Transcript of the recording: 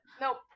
nope